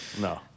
No